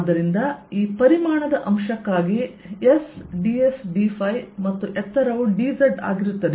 ಆದ್ದರಿಂದ ಈ ಪರಿಮಾಣದ ಅಂಶಕ್ಕಾಗಿ s ds dϕ ಮತ್ತು ಎತ್ತರವು dz ಆಗಿರುತ್ತದೆ